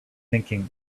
thinking